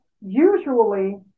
usually